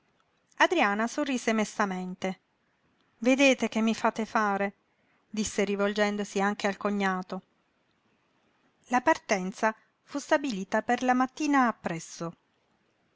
adriana sorrise mestamente vedete che mi fate fare disse rivolgendosi anche al cognato la partenza fu stabilita per la mattina appresso